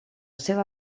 seva